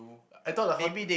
I thought the hot~